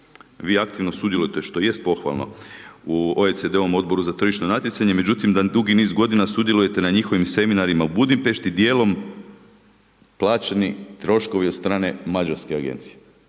vi aktivno sudjelujete što jest pohvalno u OPECD-ovom odboru za tržišno natjecanje međutim dugi niz godina sudjelujete na njihovim seminarima u Budimpešti, djelom plaćeni troškovi od strane mađarske agencije.